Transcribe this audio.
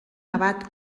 abat